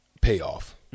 payoff